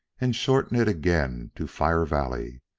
and shorten it again to fire valley.